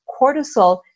cortisol